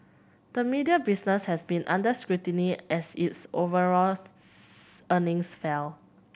the media business has been under scrutiny as its overall earnings fell